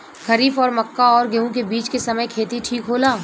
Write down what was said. खरीफ और मक्का और गेंहू के बीच के समय खेती ठीक होला?